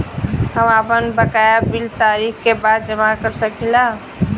हम आपन बकाया बिल तारीख क बाद जमा कर सकेला?